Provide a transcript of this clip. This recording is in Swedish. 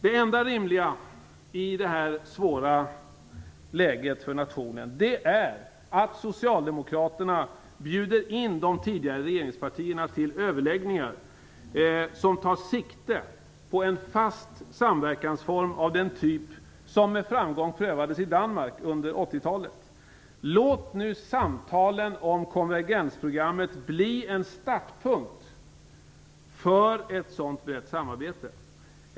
Det enda rimliga i detta svåra läget för nationen är att socialdemokraterna bjuder in de tidigare regeringspartierna till överläggningar som tar sikte på en fast samverkansform av den typ som med framgång prövades i Danmark under 80-talet. Låt nu samtalen om konvergensprogrammet bli en start för ett sådant brett samarbete!